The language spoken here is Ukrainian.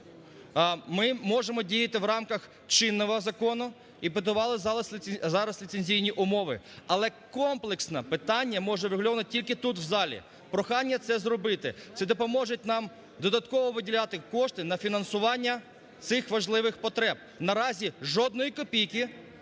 ми можемо діяти в рамках чинного закону і подавали зараз ліцензійні умови. Але комплексно питання може бути врегульовано тільки тут, в залі. Прохання це зробити. Це допоможе нам додатково виділяти кошти на фінансування цих важливих потреб. На разі, жодної копійки